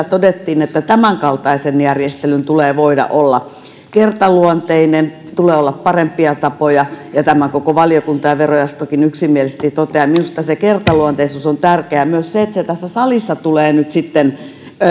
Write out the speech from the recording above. todettiin että tämänkaltaisen järjestelyn tulee voida olla kertaluonteinen tulee olla parempia tapoja ja tämän koko valiokunta ja verojaostokin yksimielisesti toteavat minusta se kertaluonteisuus on tärkeää myös se että se tässä salissa tulee nyt sitten